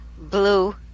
Blue